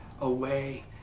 away